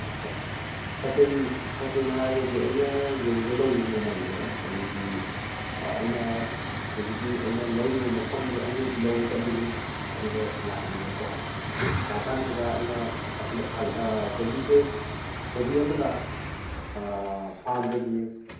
ꯍꯣꯏ ꯇꯁꯦꯡꯅ ꯍꯥꯏꯔꯒꯗꯤ ꯑꯩꯅ ꯌꯣꯟꯒꯗꯧꯔꯤꯕ ꯃꯃꯟꯁꯦ ꯑꯩꯒꯤ ꯑꯩꯅ ꯍꯧꯖꯤꯛꯀꯤ ꯑꯩꯅ ꯂꯧꯔꯤꯕ ꯃꯐꯝꯗꯨ ꯑꯩꯅ ꯂꯧꯕ ꯆꯠꯂꯤꯅꯤ ꯑꯗꯨꯒ ꯂꯥꯛꯏꯅꯦꯕꯀꯣ ꯂꯥꯛꯑꯀꯥꯟꯁꯤꯗ ꯑꯩꯅ ꯑꯁꯤꯗ ꯀꯣꯕꯤꯁꯦ ꯀꯣꯕꯤ ꯑꯃꯗ ꯐꯥꯝꯗꯒꯤ